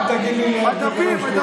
אל תגיד לי אם אני מדבר שטויות.